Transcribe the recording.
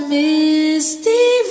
misty